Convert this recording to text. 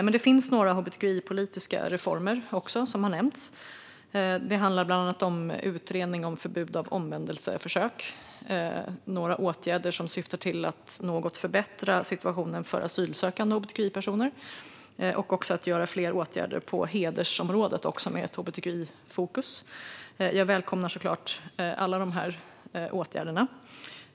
Men det finns också några hbtqi-politiska reformer, som har nämnts. Det handlar bland annat om utredning av förbud mot omvändelseförsök, några åtgärder som syftar till att något förbättra situationen för asylsökande hbtqi-personer och också att vidta fler åtgärder på hedersområdet, också med ett hbtqi-fokus. Jag välkomnar såklart alla dessa åtgärder.